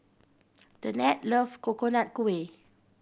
Danette love Coconut Kuih